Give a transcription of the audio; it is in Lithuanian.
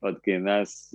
vat kai mes